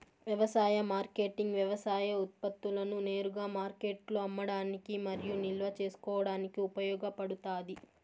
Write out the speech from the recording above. వ్యవసాయ మార్కెటింగ్ వ్యవసాయ ఉత్పత్తులను నేరుగా మార్కెట్లో అమ్మడానికి మరియు నిల్వ చేసుకోవడానికి ఉపయోగపడుతాది